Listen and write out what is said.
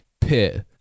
pit